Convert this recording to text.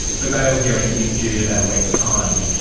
her bail hearing is due in about a week's time.